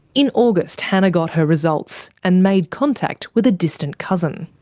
in august hannah got her results, and made contact with a distant cousin.